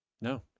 no